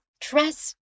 dress